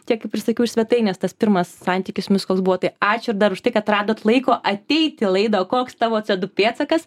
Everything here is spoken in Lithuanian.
tiek ir prisakiau iš svetainės tas pirmas santykis su jumis koks buvo tai ačiū ir dar už tai kad radot laiko ateiti į laidą koks tavo co du pėdsakas